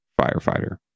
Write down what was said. firefighter